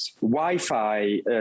Wi-Fi